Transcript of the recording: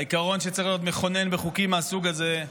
העיקרון שצריך להיות מכונן בחוקים מהסוג הזה,